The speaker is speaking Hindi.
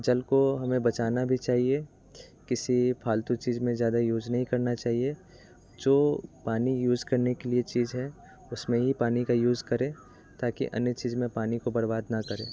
जल को हमें बचाना भी चाहिए किसी फ़ालतू चीज़ में ज़्यादा यूज़ नहीं करना चाहिए जो पानी यूज़ करने के लिए चीज़ है उसमें ही पानी का यूज़ करें ताकि अन्य चीज़ों में पानी को बर्बाद ना करें